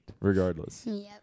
regardless